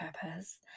purpose